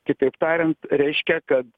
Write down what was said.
kitaip tariant reiškia kad